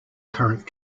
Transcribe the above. current